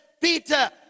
peter